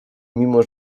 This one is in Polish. mimo